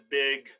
big